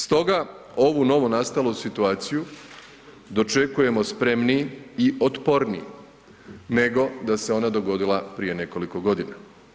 Stoga ovu novonastalu situaciju dočekujemo spremniji i otporniji nego da se ona dogodila prije nekoliko godina.